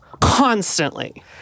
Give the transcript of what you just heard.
constantly